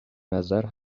نظر